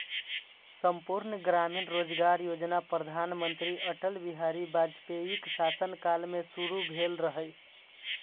संपूर्ण ग्रामीण रोजगार योजना प्रधानमंत्री अटल बिहारी वाजपेयीक शासन काल मे शुरू भेल रहै